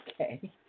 Okay